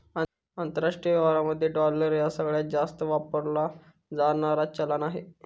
आंतरराष्ट्रीय व्यवहारांमध्ये डॉलर ह्या सगळ्यांत जास्त वापरला जाणारा चलान आहे